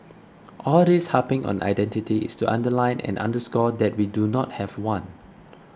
all this harping on identity is to underline and underscore that we do not have one